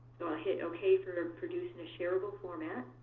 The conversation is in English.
so i'll hit ok for produce in a sharable format.